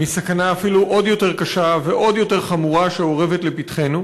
מסכנה אפילו עוד יותר קשה ועוד יותר חמורה שאורבת לפתחנו,